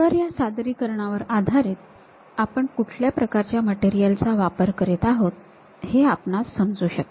तर या सादरीकरणावर आधारित आपण कुठल्या प्रकारच्या मटेरियल चा वापर करीत आहोत हे आपणास समजू शकते